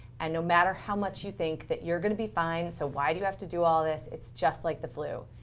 and no matter how much do you think that you're going to be fine, so why do you have to do all this, it's just like the flu,